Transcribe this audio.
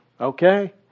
Okay